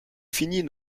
finis